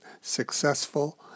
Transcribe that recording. successful